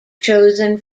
chosen